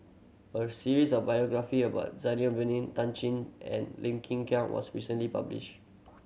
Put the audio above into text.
a series of biography about Zainal Abidin Tan Chin and Lim Kin Kiang was recently published